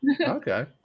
okay